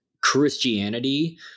christianity